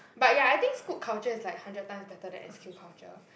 but ya I think Scoot culture is like hundred times better than s_q culture